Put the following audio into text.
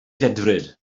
ddedfryd